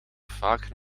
vaker